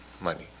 money